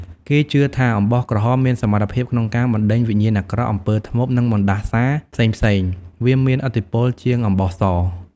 គេជឿថាអំបោះក្រហមមានសមត្ថភាពក្នុងការ បណ្ដេញវិញ្ញាណអាក្រក់ អំពើធ្មប់ និងបណ្ដាសាផ្សេងៗ វាមានឥទ្ធិពលជាងអំបោះស។